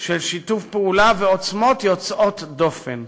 של שיתוף פעולה ועוצמות יוצאות דופן.